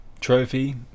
trophy